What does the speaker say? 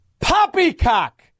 Poppycock